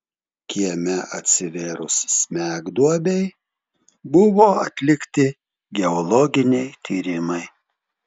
kieme atsivėrus smegduobei buvo atlikti geologiniai tyrimai